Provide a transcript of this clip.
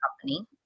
Company